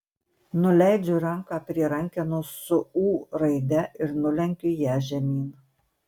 nuleidžiu ranką prie rankenos su ū raide ir nulenkiu ją žemyn